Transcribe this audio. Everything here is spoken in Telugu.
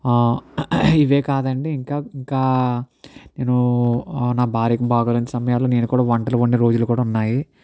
ఇవే కాదు అండి ఇంకా ఇంకా నేను నా భార్యకు బాగోలేని సమయాల్లో నేను కూడా వంటలు వండిన రోజులు కూడా ఉన్నాయి